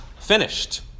finished